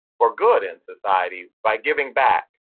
for good in society by giving back.